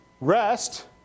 REST